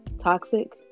toxic